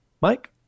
Mike